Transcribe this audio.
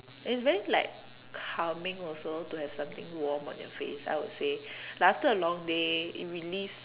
it's very like calming also to have something warm on your face I would say like after a long day it release